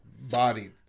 body